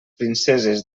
princeses